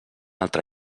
altra